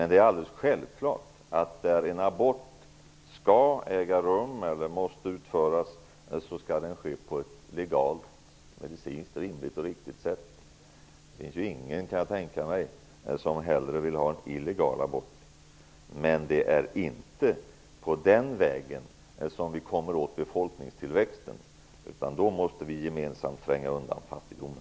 Det är alldeles självklart att en abort som måste utföras skall ske på ett legalt, medicinskt, rimligt och riktigt sätt. Jag kan inte tänka mig att det finns någon som hellre vill ha illegala aborter. Men det är inte på den vägen som vi kommer åt befolkningstillväxten. Då måste vi gemensamt tränga undan fattigdomen.